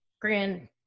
Grand